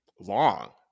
long